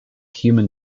human